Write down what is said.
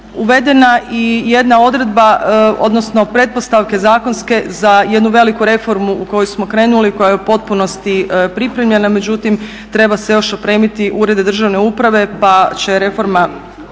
uvedena i jedna odredba, odnosno pretpostavke zakonske za jednu veliku reformu u koju smo krenuli koja je u potpunosti pripremljena. Međutim, treba se još opremiti urede državne uprave pa će reforma